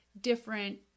different